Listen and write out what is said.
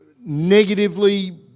negatively